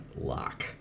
lock